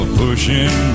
pushing